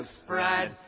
spread